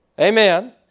Amen